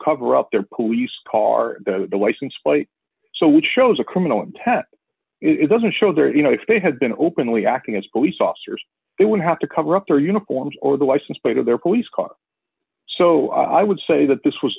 cover up their police car the license plate so which shows a criminal intent it doesn't show there you know if they had been openly acting as police officers they would have to cover up their uniforms or the license plate of their police car so i would say that this was